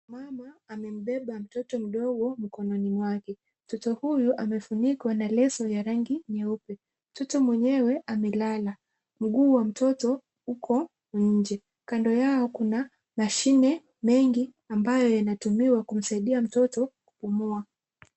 Mama amembeba mtoto mdogo mkononi mwake. Mtoto huyu amefunikwa na leso ya rangi nyeupe. Mtoto mwenyewe amelala. Mguu wa mtoto uko nje. Kando yao kuna mashine mengi ambayo yanatumiwa kumsaidia mtoto kupumua.